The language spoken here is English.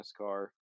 NASCAR